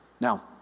Now